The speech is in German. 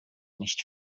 nicht